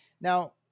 Now